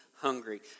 hungry